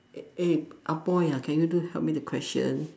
eh ah boy ah can you do help me the question